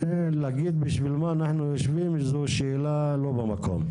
להגיד בשביל מה אנחנו יושבים זו שאלה לא במקום,